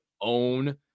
own